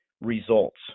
results